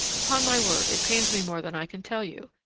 upon my word, it pains me more than i can tell you,